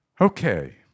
Okay